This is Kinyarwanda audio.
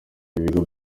ibigo